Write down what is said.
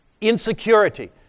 insecurity